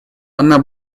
она